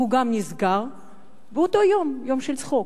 והוא גם נסגר באותו יום, יום של צחוק,